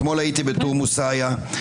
אתמול הייתי בתורמוס עיא,